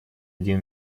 один